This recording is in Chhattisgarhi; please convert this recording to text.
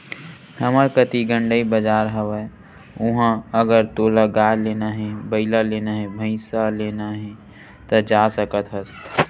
हमर कती गंड़ई बजार हवय उहाँ अगर तोला गाय लेना हे, बइला लेना हे, भइसा लेना हे ता जा सकत हस